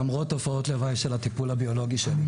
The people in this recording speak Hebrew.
למרות תופעות הלוואי מהטיפול הביולוגי שקיבלתי.